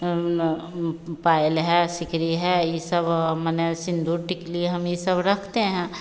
पायल है सिकड़ी है यह सब माने सिन्दूर टिकुली हम यह सब रखते हैं